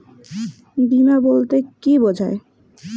বিমা বলতে কি বোঝায়?